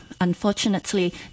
unfortunately